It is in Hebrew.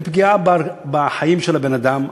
אין פגיעה בחיים של הבן-אדם,